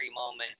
moment